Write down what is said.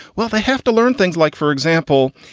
well, they have to learn things like, for example,